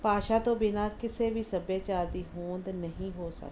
ਭਾਸ਼ਾ ਤੋਂ ਬਿਨਾਂ ਕਿਸੇ ਵੀ ਸੱਭਿਆਚਾਰ ਦੀ ਹੋਂਦ ਨਹੀਂ ਹੋ ਸਕਦੀ